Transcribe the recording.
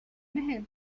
mehel